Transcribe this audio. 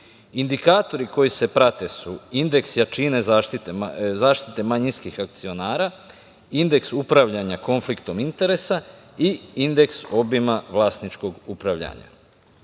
Indikatori koji se prate su: indeks jačine zaštite manjinskih akcionara, indeks upravljanja konfliktom interesa i indeks obima vlasničkog upravljanja. Radi